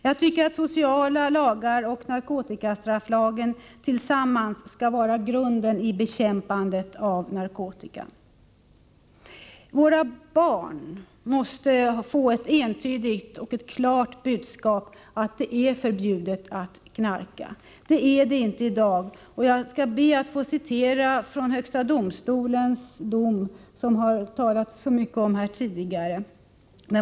Jag tycker att sociala lagar och narkotikastrafflagen tillsammans skall vara grunden för bekämpandet av narkotikan. Våra barn måste få ett entydigt och ett klart budskap att det är förbjudet att knarka. Det är det inte i dag, och jag skall be att få citera från högsta domstolens dom, som det har talats så mycket om här tidigare.